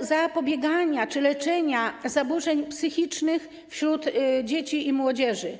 zapobiegania czy leczenia zaburzeń psychicznych wśród dzieci i młodzieży.